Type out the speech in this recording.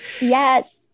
Yes